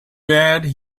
bad